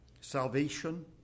salvation